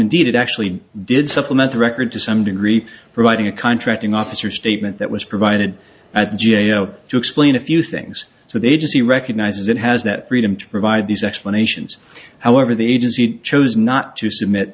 indeed it actually did supplement the record to some degree providing a contracting officer statement that was provided at the g a o to explain a few things so the agency recognizes it has that freedom to provide these explanations however the agency chose not to submit